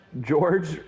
George